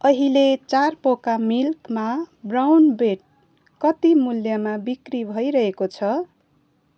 अहिले चार पोका मिल्कमा ब्राउन ब्रेड कति मूल्यमा बिक्री भइरहेको छ